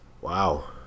Wow